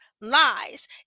lies